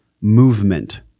movement